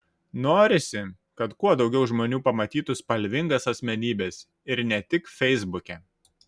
norisi kad kuo daugiau žmonių pamatytų spalvingas asmenybes ir ne tik feisbuke